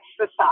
exercise